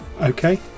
Okay